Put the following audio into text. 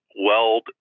weld